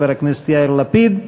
חבר הכנסת יאיר לפיד.